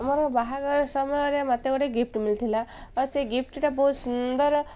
ହଁ ଆମର ବାହାଘର ସମୟରେ ମତେ ଗୋଟେ ଗିଫ୍ଟ ମିିଳୁଥିଲା ଆଉ ସେ ଗିଫ୍ଟଟା ବହୁତ ସୁନ୍ଦର